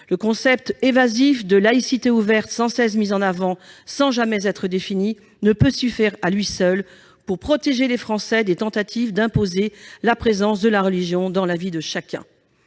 Le concept évasif de « laïcité ouverte », sans cesse mis en avant sans jamais être défini, ne peut suffire à lui seul pour protéger les Français des tentatives d'imposer la présence de la religion dans la vie de chacun.